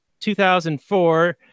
2004